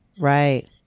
Right